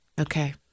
Okay